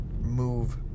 move